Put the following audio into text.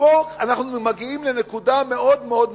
פה אנחנו מגיעים לנקודה מאוד מאוד מהותית.